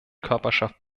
körperschaft